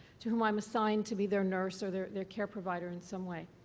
to whom i'm assigned to be their nurse or their their care provider in some way.